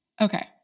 Okay